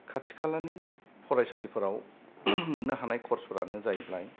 खाथि खालानि फरायसालिफोराव मोननो हानाय कर्सफोरानो जाहैबाय